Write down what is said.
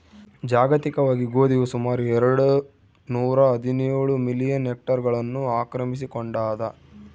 ಜಾಗತಿಕವಾಗಿ ಗೋಧಿಯು ಸುಮಾರು ಎರೆಡು ನೂರಾಹದಿನೇಳು ಮಿಲಿಯನ್ ಹೆಕ್ಟೇರ್ಗಳನ್ನು ಆಕ್ರಮಿಸಿಕೊಂಡಾದ